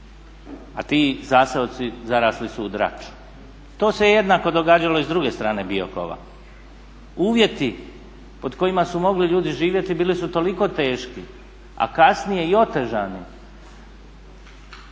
a ti zaseoci zarasli su u drač. To se jednako događalo i s druge strane Biokova. Uvjeti pod kojima su mogli ljudi živjeti bili su toliko teški, a kasnije i otežani